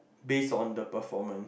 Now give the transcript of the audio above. based on the performance